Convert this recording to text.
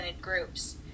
groups